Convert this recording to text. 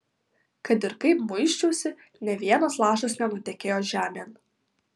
kad ir kaip muisčiausi nė vienas lašas nenutekėjo žemėn